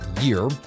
year